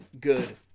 good